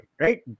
right